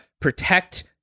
protect